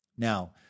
Now